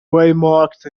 waymarked